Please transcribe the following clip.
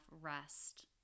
rest